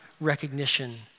recognition